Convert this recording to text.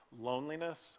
loneliness